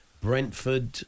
Brentford